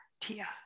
Tia